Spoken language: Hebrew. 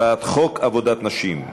הצעת חוק עבודת נשים (תיקון,